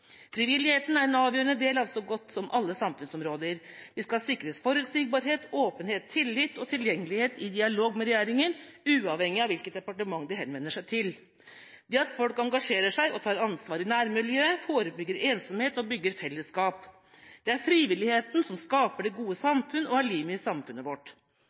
frivilligheten er, og da de for seks dager siden la fram sin frivillighetserklæring, ble det sagt: «Frivillighet er en avgjørende del av så godt som alle samfunnsområder. Gjennom Frivillighetserklæringen vil vi sikre frivillig sektor forutsigbarhet, åpenhet, tillit og tilgjengelighet i dialogen med regjeringen uavhengig av hvilket departement de henvender seg til. Det at folk engasjerer seg og tar ansvar i nærmiljøet, forebygger ensomhet og bygger fellesskap. Det er